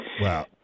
Wow